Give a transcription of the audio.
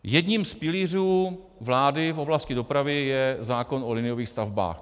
Jedním z pilířů vlády v oblasti dopravy je zákon o liniových stavbách.